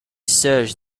search